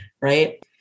right